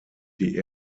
die